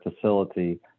facility